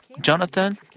Jonathan